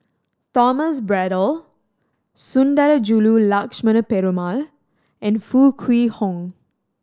Thomas Braddell Sundarajulu Lakshmana Perumal and Foo Kwee Horng